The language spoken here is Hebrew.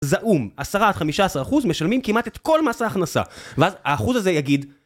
זעום, 10-15% משלמים כמעט את כל מס ההכנסה, ואז האחוז הזה יגיד...